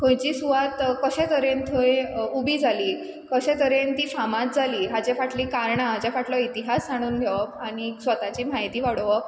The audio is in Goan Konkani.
खंयची सुवात कशे तरेन थंय उबी जाली कशे तरेन ती फामाद जाली हाजे फाटलीं कारणां हाज्या फाटलो इतिहास जाणून घेवप आनी स्वताची म्हायती वाडोवप